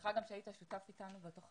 שמחה גם שהיית שותף איתנו בתכנית.